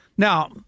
Now